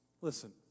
Listen